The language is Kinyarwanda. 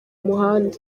muhanda